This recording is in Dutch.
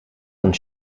van